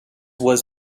was